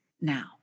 now